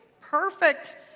perfect